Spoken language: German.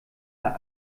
der